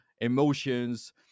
emotions